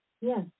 Yes